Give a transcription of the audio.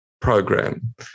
program